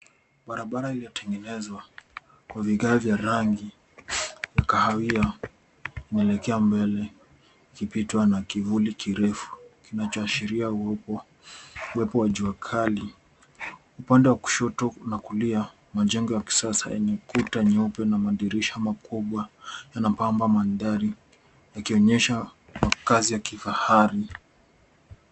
Barabara ilio tengnezwa kwa vigae vya rangi ya kahawia inaielekea mbele ikipitwa na kivuli kirefu kinacho ashiria uwepo wa jua kali .Upande wa kushoto na kulia majengo ya kisasa yenye kuta nyeupe na madirisha makubwa yana pamba mandhari yakionyesha makazi ya kifahari.